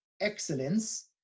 excellence